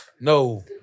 No